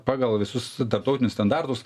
pagal visus tarptautinius standartus